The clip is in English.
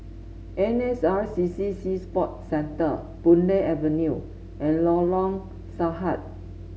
N S R C C Sea Sport Centre Boon Lay Avenue and Lorong Sarhad